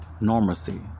normalcy